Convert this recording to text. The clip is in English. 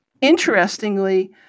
Interestingly